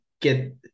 get